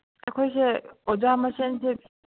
ꯑꯩꯈꯣꯏꯁꯦ ꯑꯣꯖꯥ ꯃꯁꯦꯟꯁꯦ